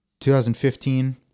2015